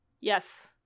Yes